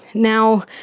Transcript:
now,